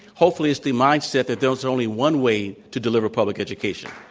hopefully it's the mindset that there's only one way to deliver public education.